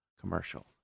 commercial